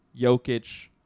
Jokic